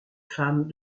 femmes